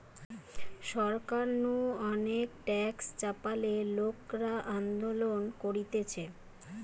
সরকার নু অনেক ট্যাক্স চাপালে লোকরা আন্দোলন করতিছে